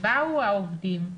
באו העובדים,